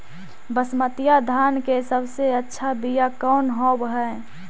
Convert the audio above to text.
बसमतिया धान के सबसे अच्छा बीया कौन हौब हैं?